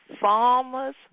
Farmers